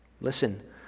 listen